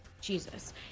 Jesus